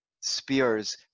spears